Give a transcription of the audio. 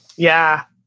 yeah.